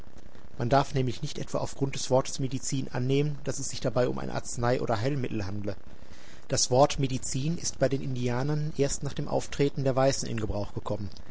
man darf nämlich nicht etwa auf grund des wortes medizin annehmen daß es sich dabei um ein arznei oder heilmittel handle das wort medizin ist bei den indianern erst nach dem auftreten der weißen in gebrauch gekommen